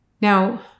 Now